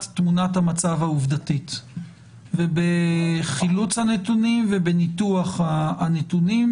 תמונת המצב העובדתית ובחילוץ הנתונים ובניתוח הנתונים,